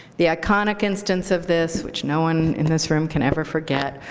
the iconic instance of this, which no one in this room can ever forget,